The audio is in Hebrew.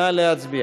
נא להצביע.